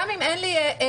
גם אם אין לי תלונה.